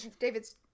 David's